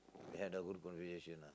we had a good conversation lah